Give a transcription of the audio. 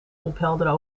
ophelderen